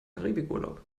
karibikurlaub